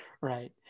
Right